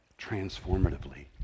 transformatively